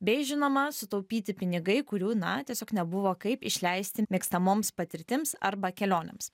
bei žinoma sutaupyti pinigai kurių na tiesiog nebuvo kaip išleisti mėgstamoms patirtims arba kelionėms